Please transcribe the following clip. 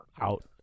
Out